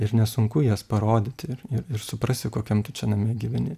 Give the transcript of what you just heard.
ir nesunku jas parodyti ir ir ir suprasti kokiam tu čia name gyveni